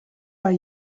are